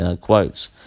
quotes